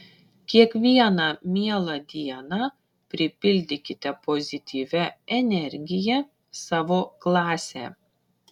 kiekvieną mielą dieną pripildykite pozityvia energija savo klasę